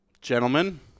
Gentlemen